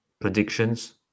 Predictions